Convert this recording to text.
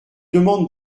demande